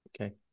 Okay